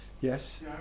Yes